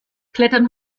klettern